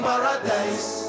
Paradise